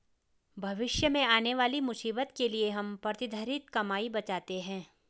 भविष्य में आने वाली मुसीबत के लिए हम प्रतिधरित कमाई बचाते हैं